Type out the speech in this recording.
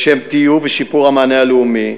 לשם טיוב ושיפור המענה הלאומי.